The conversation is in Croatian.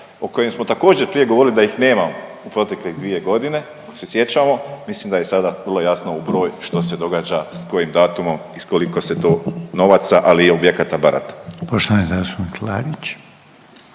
o kojem smo također, prije govorili da ih nemamo u proteklih 2 godine, ako se sjećamo, mislim da je sada vrlo jasno u broj što se događa s kojim datumom i s koliko se to novaca, ali i objekata barata.